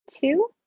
two